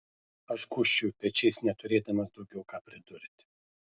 aš gūžčioju pečiais neturėdamas daugiau ką pridurti